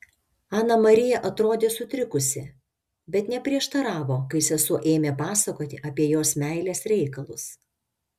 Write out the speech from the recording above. ana marija atrodė sutrikusi bet neprieštaravo kai sesuo ėmė pasakoti apie jos meilės reikalus